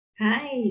Hi